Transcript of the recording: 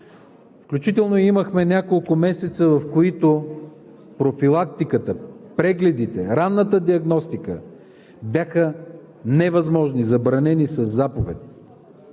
включително имахме няколко месеца, в които профилактиката, прегледите, ранната диагностика бяха невъзможни, забранени със заповед.